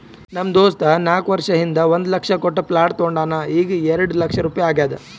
ನಮ್ ದೋಸ್ತ ನಾಕ್ ವರ್ಷ ಹಿಂದ್ ಒಂದ್ ಲಕ್ಷ ಕೊಟ್ಟ ಪ್ಲಾಟ್ ತೊಂಡಾನ ಈಗ್ಎರೆಡ್ ಲಕ್ಷ ರುಪಾಯಿ ಆಗ್ಯಾದ್